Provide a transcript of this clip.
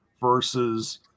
versus